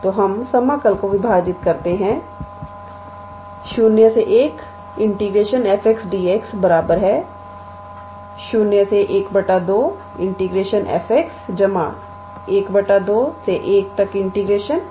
तो हम समाकल को विभाजित करते हैं 01f 𝑑𝑥 012 f𝑥 121f𝑑𝑥